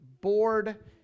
board